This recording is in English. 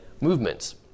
movements